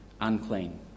unclean